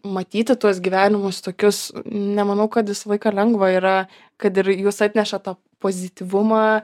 matyti tuos gyvenimus tokius nemanau kad visą laiką lengva yra kad ir jūs atnešat tą pozityvumą